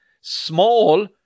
small